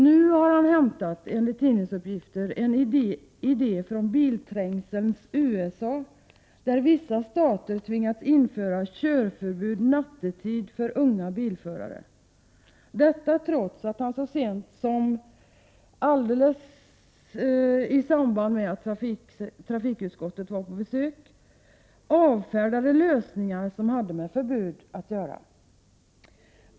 Nu har han, enligt tidningsuppgifter, hämtat en idé från bilträngselns USA, där vissa stater tvingats införa körförbud nattetid för unga bilförare. Detta trots att han, så sent som när trafikutskottet var på besök, avfärdade lösningar som hade med förbud att göra.